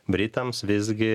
britams visgi